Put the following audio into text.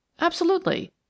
Absolutely